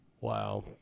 Wow